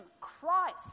Christ